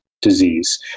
disease